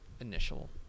initial